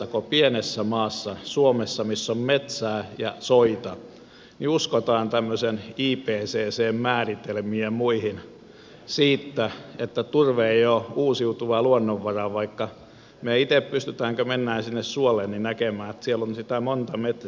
kun pienessä maassa suomessa missä on metsää ja soita uskotaan tämmöisen ipccn määritelmiin ja muihin siitä että turve ei ole uusiutuva luonnonvara vaikka me itse pystymme kun me menemme sinne suolle näkemään että siellä on sitä monta metriä